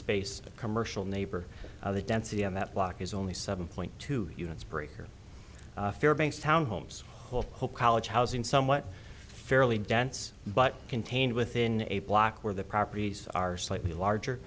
space a commercial neighbor the density of that block is only seven point two units breaker fairbanks townhomes whole college housing somewhat fairly dense but contained within a block where the properties are slightly larger